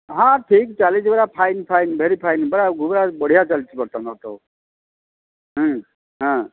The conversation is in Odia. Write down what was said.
ହଁ ଠିକ୍ ଚାଲିଛି ପୁରା ଫାଇନ୍ ଫାଇନ୍ ଭେରି ଫାଇନ୍ ପୁରା ପୁରା ବଢ଼ିଆ ଚାଲିଛି ବର୍ତ୍ତମାନ ସବୁ ହଁ